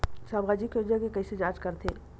सामाजिक योजना के कइसे जांच करथे?